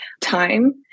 time